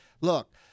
look